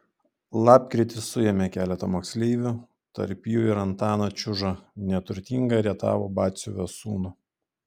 lapkritį suėmė keletą moksleivių tarp jų ir antaną čiužą neturtingą rietavo batsiuvio sūnų